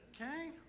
okay